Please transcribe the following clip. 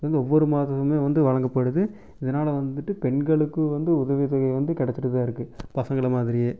இது வந்து ஒவ்வொரு மாதமும் வந்து வழங்கப்படுது இதனால் வந்துட்டு பெண்களுக்கும் வந்து உதவித்தொகை வந்து கிடச்சிட்டு தான் இருக்குது பசங்களை மாதிரியே